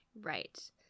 right